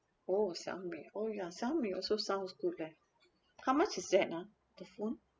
oh Xiaomi oh ya Xiaomi also so sounds good leh how much is that ah the phone